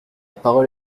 parole